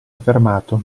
fermato